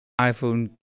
iPhone